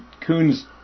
coons